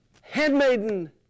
handmaiden